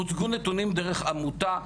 הוצגו נתונים דרך עמותה,